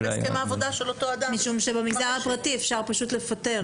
כי במגזר הפרטי אפשר פשוט לפטר.